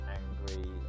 angry